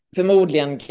förmodligen